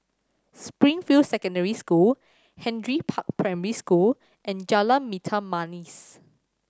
Springfield Secondary School Henry Park Primary School and Jalan Hitam Manis